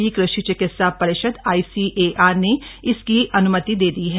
भारतीय कृषि चिकित्सा परिषद आई सी ए आर ने इसकी अन्मति दे दी है